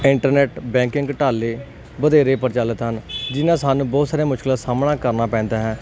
internet banking ਘੁਟਾਲੇ ਵਧੇਰੇ ਪ੍ਰਚਲਿਤ ਹਨ ਜਿਹਦੇ ਨਾਲ ਸਾਨੂੰ ਬਹੁਤ ਸਾਰੀਆਂ ਮੁਸ਼ਕਿਲਾਂ ਸਾਹਮਣਾ ਕਰਨਾ ਪੈਂਦਾ ਹੈ